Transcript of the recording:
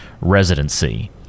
residency